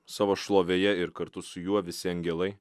savo šlovėje ir kartu su juo visi angelai